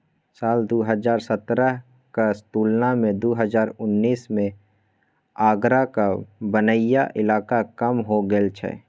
साल दु हजार सतरहक तुलना मे दु हजार उन्नैस मे आगराक बनैया इलाका कम हो गेल छै